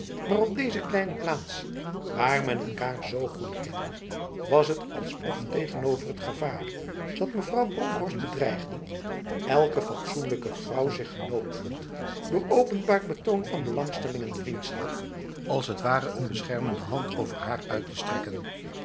maar op deze kleine plaats waar men elkaar zo goed kende was het alsof tegenover het gevaar dat mevrouw bronkhorst bedreigde elke fatsoenlijke vrouw zich genoopt vond door openbaar betoon van belangstelling en vriendschap als het ware een beschermende hand over haar uit te strekken